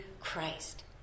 Christ